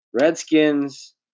Redskins